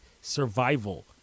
survival